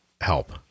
help